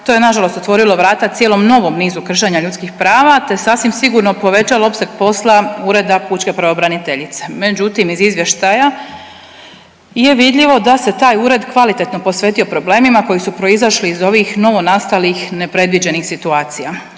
To je, nažalost otvorilo vrata cijelom novom nizu kršenja ljudskih prava te sasvim sigurno povećalo opseg posla Ureda pučke pravobraniteljice. Međutim, iz Izvještaja je vidljivo da se taj Ured kvalitetno posvetio problemima koji su proizašli iz ovih novonastalih nepredviđenih situacija.